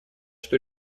что